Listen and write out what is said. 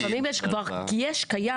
אבל לפעמים יש, קיים.